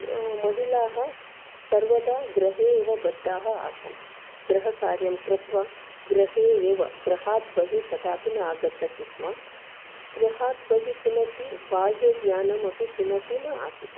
महिलाः सर्वदा गृहे एव बद्धाः आसन् गृहकार्यं कृत्वा गृहे एव गृहात् बहिः कदापि न आगच्छति स्म गृहात् बहिः किमपि बाह्यज्ञानमपि किमपि न आसीत्